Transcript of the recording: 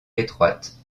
étroite